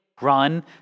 run